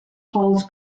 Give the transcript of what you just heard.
halls